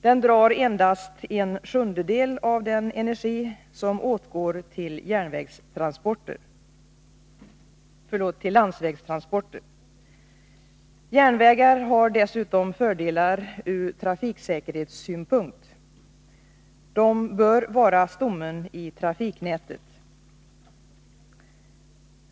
Den drar endast en sjundedel av den energi som åtgår till landsvägstransporter. Järnvägar har dessutom fördelar ur trafiksäkerhetssynpunkt. De bör vara stommen i trafiknätet.